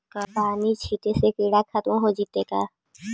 बानि छिटे से किड़ा खत्म हो जितै का?